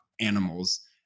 animals